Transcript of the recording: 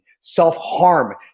Self-harm